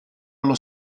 allo